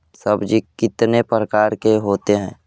सब्जी कितने प्रकार के होते है?